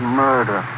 murder